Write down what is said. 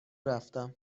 رفتم